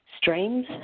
streams